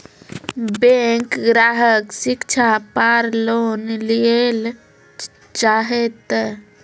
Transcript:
Bank ग्राहक शिक्षा पार लोन लियेल चाहे ते?